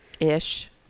Ish